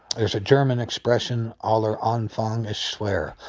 there's a german expression, aller anfang ist schwer.